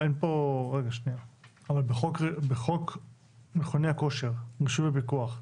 אבל בחוק מכוני הכושר, רישוי ופיקוח,